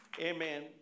Amen